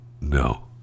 No